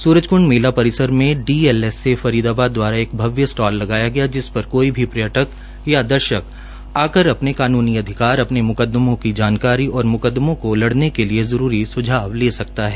सूरजकृंड मेला परिसार में डीएलएसए फरीदाबाद दवाराएक भव्य स्टाल लगाया गया जिस पर कोई कोई पर्यटक व दर्शक आकर अपने कानूनी अधिकार अपने म्कदमेंकी जानकारी और म्कदमों को लड़ने के लिए जरूरी सुझाव ले सकता है